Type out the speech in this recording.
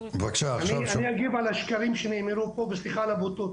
אני אגיב על השקרים שנאמרו פה וסליחה על הבוטות.